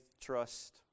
trust